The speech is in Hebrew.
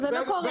זה לא קורה.